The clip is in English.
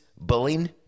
bullying